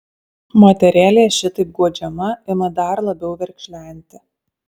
moterėlė šitaip guodžiama ima dar labiau verkšlenti